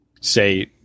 say